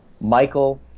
michael